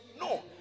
No